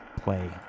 play